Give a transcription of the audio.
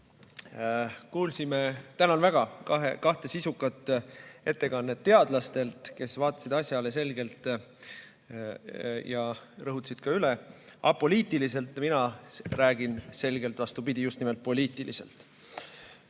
Kuulsime täna kahte sisukat ettekannet teadlastelt, kes vaatasid asjale selgelt ja rõhutasid ka üle, et apoliitiliselt. Mina räägin selgelt vastupidi, just nimelt poliitiliselt.